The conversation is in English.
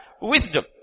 wisdom